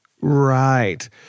Right